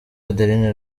adeline